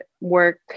work